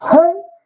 Take